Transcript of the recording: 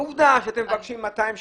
עובדה שאתם מבקשים 280 ו-260.